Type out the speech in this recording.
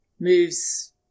moves